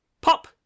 pop